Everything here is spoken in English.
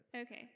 Okay